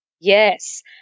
yes